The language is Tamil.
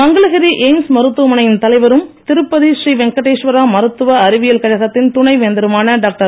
மக்களகிரி எய்ம்ஸ் மருத்துவமனையின் தலைவரும் திருப்பதி ஸ்ரீவெங்கடேஸ்வரா மருத்துவ அறிவியல் கழகத்தின் துணைவேந்தருமான டாக்டர்